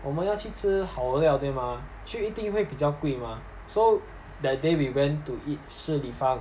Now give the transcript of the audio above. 我们要去吃好料对吗去一定会比较贵嘛 so that day we went to eat 食立方